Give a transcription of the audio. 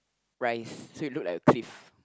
rise so it look like a cliff